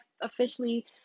officially